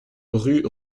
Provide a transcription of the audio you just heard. rue